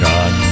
God